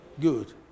Good